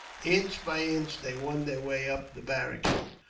inch by inch they won their way up the barricade,